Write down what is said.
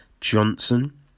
Johnson